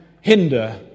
hinder